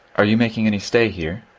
are you making any stay here?